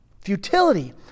Futility